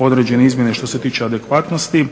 određene izmjene što se tiče adekvatnosti.